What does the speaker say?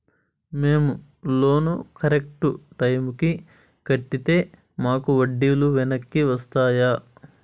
మేము loan correct టైముకి కట్టితే మాకు వడ్డీ లు వెనక్కి వస్తాయా?